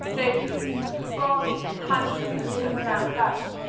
dozens and scores and hundreds of them niggers round about.